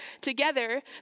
together